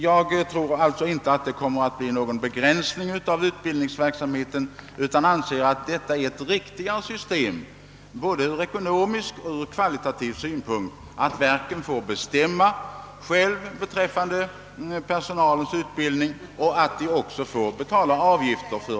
Jag tror alltså inte att en avgiftsbeläggning kommer att medföra någon begränsning av utbildningsverksamheten utan anser att det både ur ekonomisk och kvalitativ synpunkt är riktigare att verken själva får bestämma beträffande personalens utbildning och betala avgifter härför.